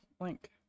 link